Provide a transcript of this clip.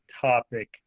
topic